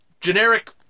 generic